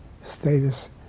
status